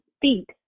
feet